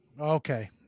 Okay